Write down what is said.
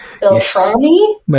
Beltrami